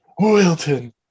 wilton